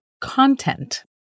content